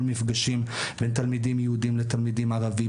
מפגשים בין תלמידים יהודים לתלמידים ערבים,